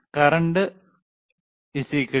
current